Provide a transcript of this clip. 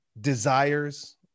desires